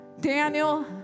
Daniel